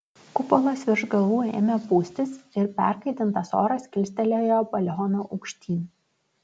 kupolas virš galvų ėmė pūstis ir perkaitintas oras kilstelėjo balioną aukštyn